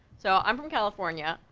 so, i'm from california,